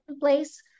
place